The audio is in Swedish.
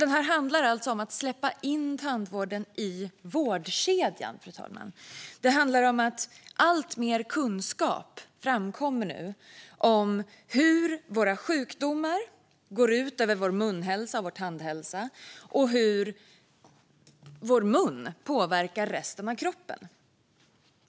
Det handlar om att släppa in tandvården i vårdkedjan, fru talman. Det handlar om att alltmer kunskap nu framkommer om hur våra sjukdomar går ut över vår munhälsa och tandhälsa och hur vår mun påverkar resten av kroppen.